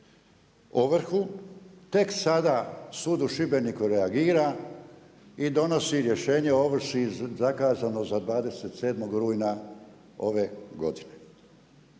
ovrhu tek sada sud u Šibeniku reagira i donosi vršenje o ovrsi zakazano za 27. rujna ove godine.